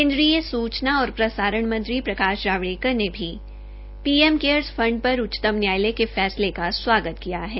केन्द्रीय सूचना और प्रसारण मंत्री प्रकाश जावड़ेकर ने भी पीएम केयर फण्ड पर उच्चतम न्यायालय के फैसले का स्वागत किया है